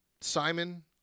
Simon